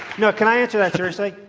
no, can i answer that seriously?